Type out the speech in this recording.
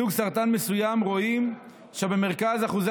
בסוג סרטן מסוים רואים שבמרכז אחוזי